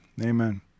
Amen